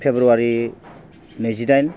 फेब्रुवारि नैजिदाइन